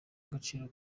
agaciro